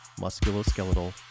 Musculoskeletal